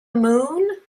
moon